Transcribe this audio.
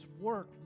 work